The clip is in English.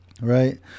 right